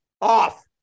Off